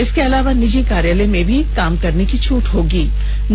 इसके अलावा निजी कार्यालय में भी काम करने की छूट दे दी गई है